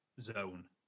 zone